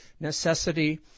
necessity